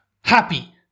happy